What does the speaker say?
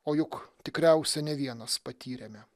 o juk tikriausia ne vienas patyrėme